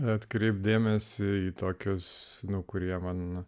atkreipė dėmesį į tokius kurie man